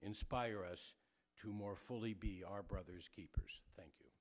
inspire us to more fully be our brothers keepers thank you